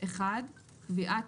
קביעת